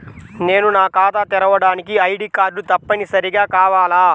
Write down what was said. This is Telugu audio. నేను ఖాతా తెరవడానికి ఐ.డీ కార్డు తప్పనిసారిగా కావాలా?